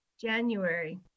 January